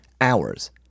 hours